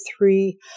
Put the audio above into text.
three